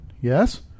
Yes